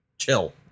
chill